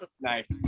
Nice